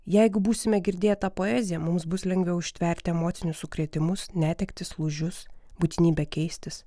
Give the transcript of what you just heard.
jeigu būsime girdėta poezija mums bus lengviau ištverti emocinius sukrėtimus netektis lūžius būtinybę keistis